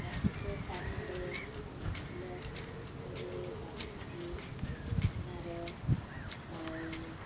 ତା ସହିତ କାନରେ କାନଫୁଲ ହାତରେ ବାହୁଟି ସୁନାର ଆଉ